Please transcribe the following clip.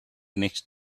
next